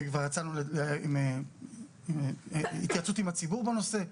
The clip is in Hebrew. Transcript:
וכבר יש התייעצות עם הציבור בנושא.